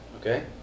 okay